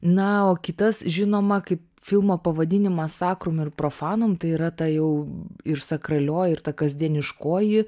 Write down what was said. na o kitas žinoma kaip filmo pavadinimas akrum ir profanum tai yra ta jau ir sakralioji ir ta kasdieniškoji